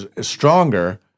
stronger